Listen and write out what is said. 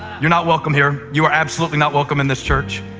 you're not welcome here. you are absolutely not welcome in this church,